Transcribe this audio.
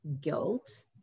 guilt